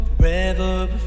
Forever